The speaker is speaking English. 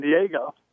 Diego